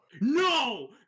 no